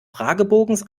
fragebogens